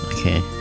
okay